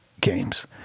games